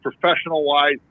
professional-wise